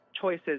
choices